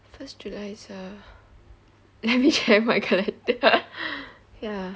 first july is uh let me check my calendar ya